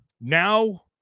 now